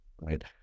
right